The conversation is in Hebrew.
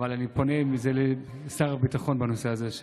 אבל אני פונה לשר הביטחון בנושא הזה,